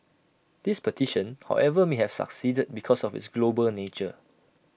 this petition however may have succeeded because of its global nature